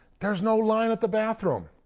there's no line at the bathroom.